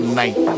night